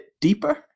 deeper